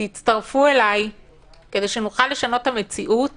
הצטרפו אלי כדי שנוכל לשנות את המציעות